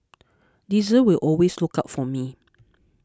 Diesel will always look out for me